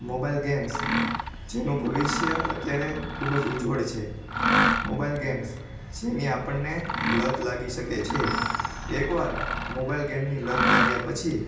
mobile games જેનું ભવિષ્ય અત્યારે ખૂબ જ ઉજ્વળ છે મોબાઈલ ગેમ્સ જેની આપણને લત લાગી શકે છે એકવાર મોબાઈલ ગેમની લત લાગ્યા પછી